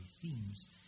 themes